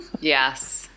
Yes